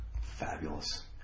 Fabulous